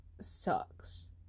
sucks